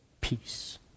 peace